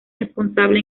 responsable